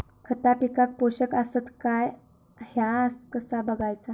खता पिकाक पोषक आसत काय ह्या कसा बगायचा?